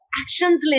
actions